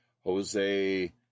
Jose